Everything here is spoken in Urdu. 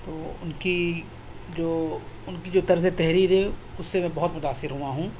تو ان کی جو ان کی جو طرز تحریر ہے اس سے میں بہت متأثر ہوا ہوں